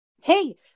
Hey